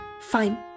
Fine